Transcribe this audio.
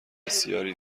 بسیاری